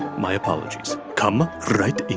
my apologies. come right in